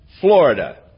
Florida